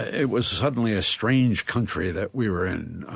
it was suddenly a strange country that we were in.